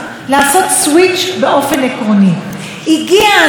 הגיע הזמן להתחיל לטפל בסיפור,